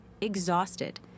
exhausted